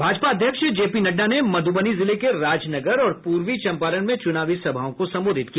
भाजपा अध्यक्ष जेपी नड्डा ने मधुबनी जिले के राजनगर और पूर्वी चम्पारण में चुनावी सभाओं को संबोधित किया